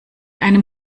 einem